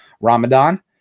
Ramadan